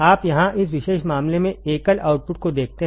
आप यहाँ इस विशेष मामले में एकल आउटपुट को देखते हैं